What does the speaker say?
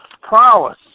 prowess